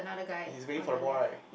he's waiting for the ball right